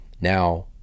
now